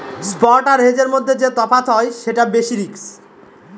spot আর হেজের মধ্যে যে তফাৎ হয় সেটা বেসিস রিস্ক